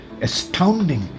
Astounding